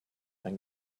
ein